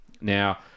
Now